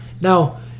Now